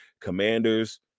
Commanders